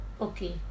Okay